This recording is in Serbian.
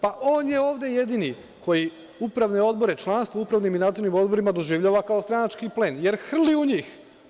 Pa on je ovde jedini koji upravne odbore, članstvo u upravnim i nadzornim odborima doživljava kao stranački plen, jer hrli u njih.